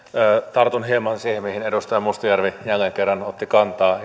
tartun hieman siihen mihin edustaja mustajärvi jälleen kerran otti kantaa